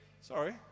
Sorry